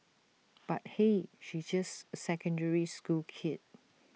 but hey she's just A secondary school kid